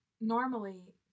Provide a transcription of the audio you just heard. normally